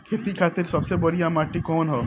खेती खातिर सबसे बढ़िया माटी कवन ह?